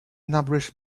numbers